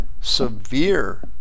Severe